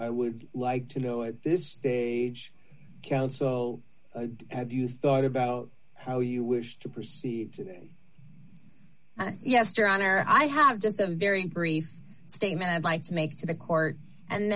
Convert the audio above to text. i would like to know at this stage counsel have you thought about how you wish to proceed yes john or i have just a very brief statement i'd like to make to the court and